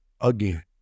again